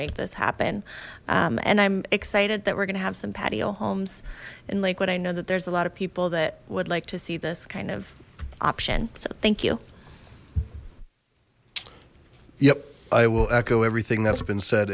make this happen and i'm excited that we're gonna have some patio homes and like what i know that there's a lot of people that would like to see this kind of option so thank you yep i will echo everything that's been said